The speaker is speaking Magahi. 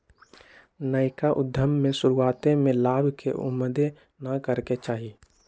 नयका उद्यम में शुरुआते में लाभ के उम्मेद न करेके चाही